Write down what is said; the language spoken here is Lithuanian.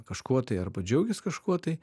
kažkuo tai arba džiaugias kažkuo tai